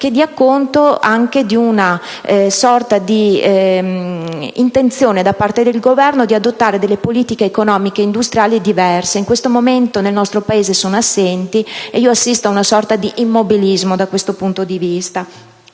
che dia conto anche dell'intenzione del Governo di adottare politiche economiche e industriali diverse. In questo momento, nel nostro Paese sono assenti e io assisto ad una sorta di immobilismo sotto questo profilo.